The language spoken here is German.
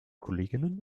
kolleginnen